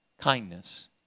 kindness